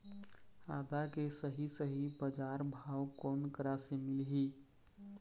आदा के सही सही बजार भाव कोन करा से मिलही?